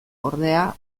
ordea